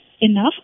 enough